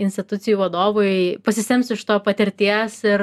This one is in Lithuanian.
institucijų vadovai pasisems iš to patirties ir